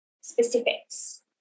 specifics